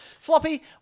Floppy